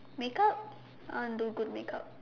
make up I wanna do good make up